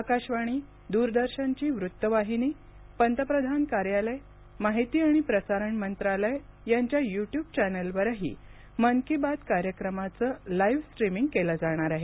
आकाशवाणी द्रदर्शनची वृत्तवाहिनी पंतप्रधान कार्यालय माहिती आणि प्रसारण मंत्रालय यांच्या यू ट्यूब चॅनेलवरही मनकी बात कार्यक्रमाच लाइव्ह स्ट्रीमिंग केलं जाणार आहे